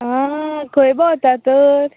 आं खंय भोंवता तर